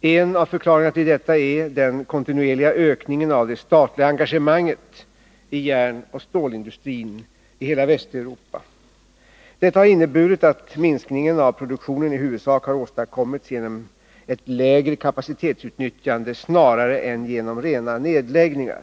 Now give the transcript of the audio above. En av förklaringarna till detta är den kontinuerliga ökningen av det statliga engagemanget i järnoch stålindustrin i hela Västeuropa. Detta har inneburit att minskningen av produktionen i huvudsak har åstadkommits genom ett lägre kapacitetsutnyttjande snarare än genom rena nedläggningar.